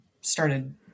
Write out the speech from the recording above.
started